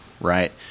right